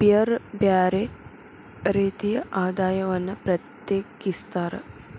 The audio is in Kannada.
ಬ್ಯರ್ ಬ್ಯಾರೆ ರೇತಿಯ ಆದಾಯವನ್ನ ಪ್ರತ್ಯೇಕಿಸ್ತಾರ್